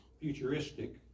futuristic